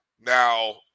now